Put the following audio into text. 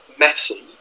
Messi